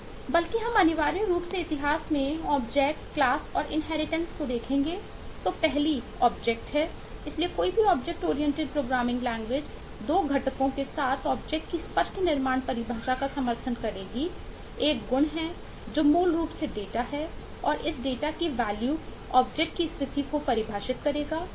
बल्कि हम अनिवार्य रूप से इतिहास मैं ऑब्जेक्ट है